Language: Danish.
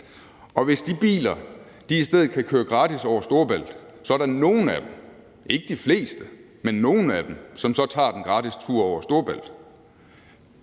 og hvis de biler i stedet kan køre gratis over Storebælt, er der nogle af dem – ikke de fleste, men nogle af dem – som så tager den gratis tur over Storebælt,